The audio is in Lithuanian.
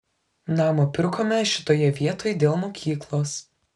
namą pirkome šitoje vietoj dėl mokyklos